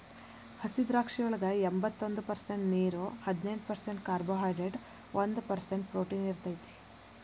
ಹಸಿದ್ರಾಕ್ಷಿಯೊಳಗ ಎಂಬತ್ತೊಂದ ಪರ್ಸೆಂಟ್ ನೇರು, ಹದಿನೆಂಟ್ ಪರ್ಸೆಂಟ್ ಕಾರ್ಬೋಹೈಡ್ರೇಟ್ ಒಂದ್ ಪರ್ಸೆಂಟ್ ಪ್ರೊಟೇನ್ ಇರತೇತಿ